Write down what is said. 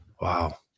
Wow